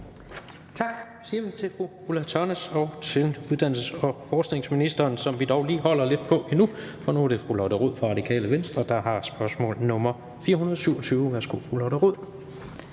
Tak siger vi til fru Ulla Tørnæs og til uddannelses- og forskningsministeren, som vi dog lige holder lidt på endnu, for nu er det fru Lotte Rod, Radikale Venstre, der har spørgsmål nr. S 427. Kl. 17:18 Spm.